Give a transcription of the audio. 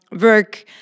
work